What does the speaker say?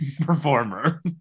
performer